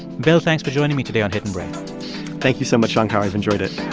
bill, thanks for joining me today on hidden brain thank you so much, shankar. i've enjoyed it